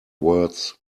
words